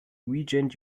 regent